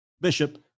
Bishop